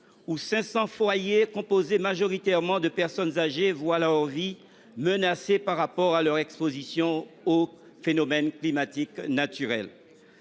où 500 foyers, composés majoritairement de personnes âgées, voient leur vie menacée du fait de leur exposition aux phénomènes climatiques naturels.